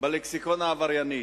בלקסיקון העברייני.